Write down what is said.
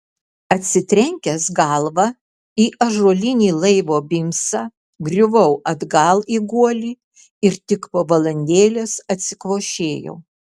atsitrenkęs galva į ąžuolinį laivo bimsą griuvau atgal į guolį ir tik po valandėlės atsikvošėjau